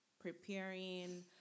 preparing